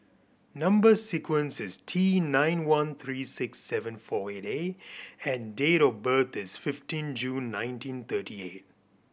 number sequence is T nine one three six seven four eight A and date of birth is fifteen June nineteen thirty eight